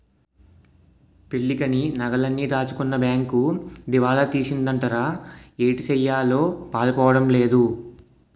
పెళ్ళికని నగలన్నీ దాచుకున్న బేంకు దివాలా తీసిందటరా ఏటిసెయ్యాలో పాలుపోడం లేదు